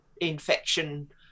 infection